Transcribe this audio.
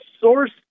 source